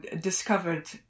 discovered